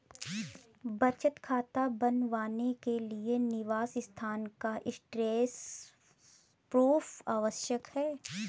बचत खाता बनवाने के लिए निवास स्थान का एड्रेस प्रूफ आवश्यक है